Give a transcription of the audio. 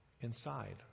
Inside